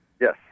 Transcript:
Yes